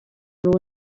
uwo